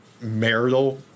marital